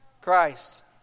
Christ